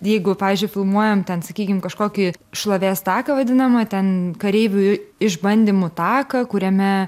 jeigu pavyzdžiui filmuojam ten sakykim kažkokį šlovės taką vadinamą ten kareivių išbandymų taką kuriame